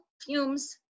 fumes